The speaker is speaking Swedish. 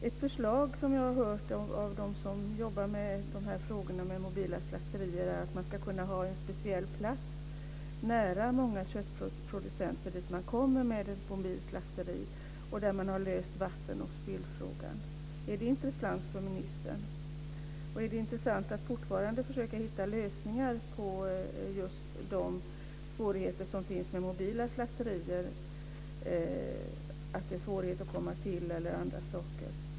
Ett förslag som jag har hört från dem som arbetar med frågor om mobila slakterier är att det för sådana slakterier ska inrättas speciella platser som ligger nära många köttproducenter och där man har löst vattenoch spillfrågan. Är det intressant för ministern? Är det fortfarande intressant att försöka hitta lösningar på de svårigheter som är förenade med mobila slakterier? Det kan bl.a. röra sig om svårigheter att komma nära till.